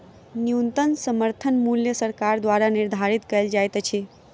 न्यूनतम समर्थन मूल्य सरकार द्वारा निधारित कयल जाइत अछि